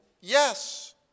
yes